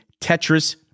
Tetris